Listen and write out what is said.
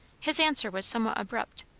his answer was somewhat abrupt,